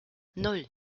nan